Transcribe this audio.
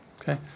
Okay